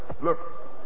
look